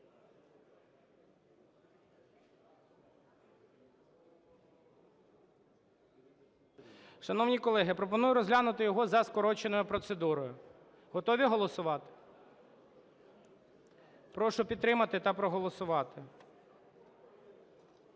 Шановні колеги, пропоную розглянути його за скороченою процедурою. Готові голосувати? Прошу підтримати та проголосувати.